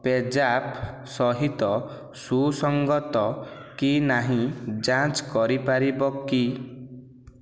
ପେଜାପ୍ ସହିତ ସୁସଙ୍ଗତ କି ନାହିଁ ଯାଞ୍ଚ କରିପାରିବ କି